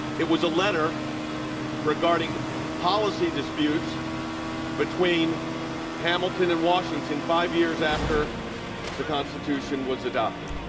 it was a letter regarding policy disputes between hamilton and washington five years after the constitution was adopted.